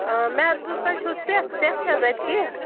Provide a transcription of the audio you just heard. مےٚ حظ بوٗز تۄہہِ چھو سیٚکھ سیٚکھ چھ حظ اَتہِ کینٛہہ